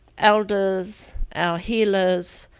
elders, our healers,